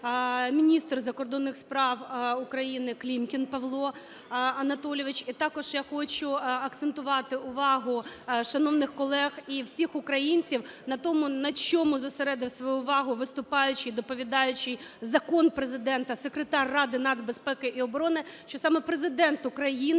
міністр закордонних справ України Клімкін Павло Анатолійович. І також я хочу акцентувати увагу шановних колег і всіх українців на тому, на чому зосередив свою увагу виступаючи і доповідаючи закон Президента Секретар Ради нацбезпеки і оборони, що саме Президент України